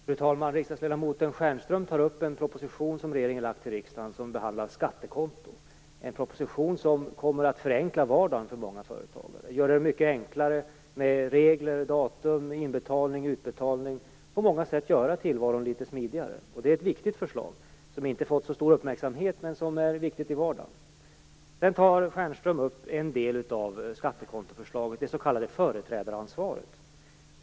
Fru talman! Riksdagsledamoten Stjernström tar upp en proposition som regeringen har lagt fram för riksdagen som behandlar skattekonto för företagare. Det är en proposition som kommer att förenkla vardagen för många företagare och göra det mycket enklare med regler, datum, inbetalning och utbetalning. Den kommer att göra tillvaron litet smidigare på många sätt. Det är ett viktigt förslag. Det har inte fått så stor uppmärksamhet, men det är viktigt i vardagen. Stjernström tar upp en del av skattekontoförslaget, det s.k. företrädaransvaret.